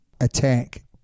attack